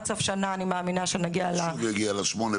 אני מאמינה שעד סוף השנה שנגיע ל-8,000 עובדים.